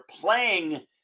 playing